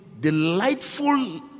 delightful